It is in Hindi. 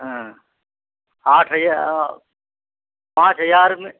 हाँ आठ हजार पाँच हजार में